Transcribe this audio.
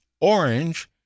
orange